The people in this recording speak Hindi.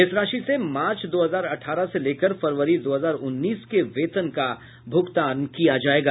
इस राशि से मार्च दो हजार अठारह से लेकर फरवरी दो हजार उन्नीस के वेतन का भूगतन किया जाएगा